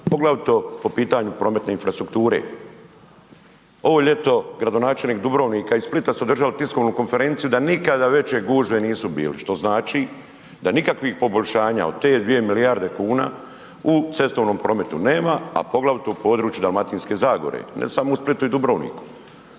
poglavito po pitanju prometne infrastrukture. Ovo ljeto gradonačelnik Dubrovnika i Splita su držali tiskovnu konferenciju da nikada veće gužve nisu bile. Što znači da nikakvih poboljšanja od te 2 milijarde kuna u cestovnom prometu nema a poglavito u području Dalmatinske zagore, ne samo u Splitu i Dubrovniku.